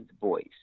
voice